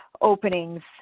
openings